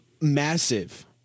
Massive